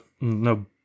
no